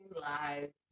lives